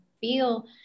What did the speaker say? feel